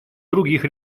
других